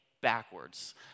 Backwards